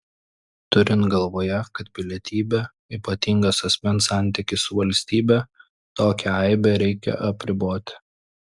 turint galvoje kad pilietybė ypatingas asmens santykis su valstybe tokią aibę reikia apriboti